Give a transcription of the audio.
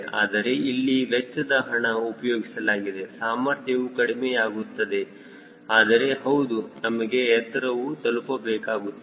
ಆದರೆ ಇಲ್ಲಿ ವೆಚ್ಚದ ಹಣ ಉಪಯೋಗಿಸಲಾಗಿದೆ ಸಾಮರ್ಥ್ಯವು ಕಡಿಮೆಯಾಗುತ್ತದೆ ಆದರೆ ಹೌದು ನಮಗೆ ಎತ್ತರವನ್ನು ತಲುಪಬೇಕಾಗುತ್ತದೆ